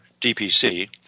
DPC